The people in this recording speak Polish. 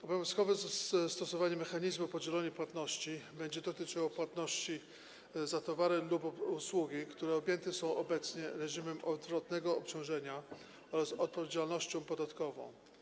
Obowiązkowe stosowanie mechanizmu podzielonej płatności będzie dotyczyło płatności za towary lub usługi, które są objęte obecnie reżimem odwrotnego obciążenia oraz odpowiedzialnością podatkową.